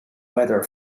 weather